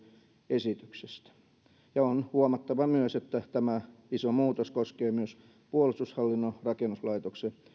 esityksestä on huomattava myös että tämä iso muutos koskee myös puolustushallinnon rakennuslaitoksen